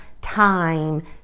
time